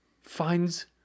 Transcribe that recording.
finds